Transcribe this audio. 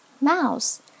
mouse